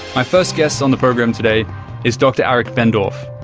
my first guest on the program today is dr aric bendorf.